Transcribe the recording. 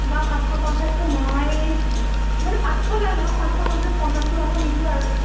বা পাঁচশ পঞ্চাছটো মই মানে পাঁচশ লৈ লওক পাঁচশ পঞ্চাছ পঞ্চাছটো আকৌ নিদিও আৰু